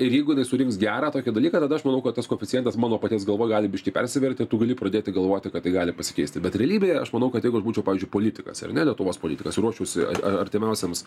ir jeigu jinai surinks gerą tokį dalyką tada aš manau kad tas koeficientas mano paties galvoj gali biškį persiverti tu gali pradėti galvoti kad tai gali pasikeisti bet realybėje aš manau kad jeigu aš būčiau pavyzdžiui politikas ar ne lietuvos politikas ruošiuosi artimiausiems